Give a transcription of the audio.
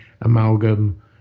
Amalgam